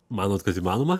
manot kad įmanoma